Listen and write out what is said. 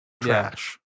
trash